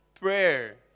prayer